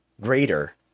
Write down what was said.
greater